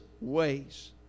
ways